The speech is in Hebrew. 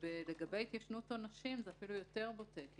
לגבי התיישנות עונשים זה אפילו יותר בוטה כי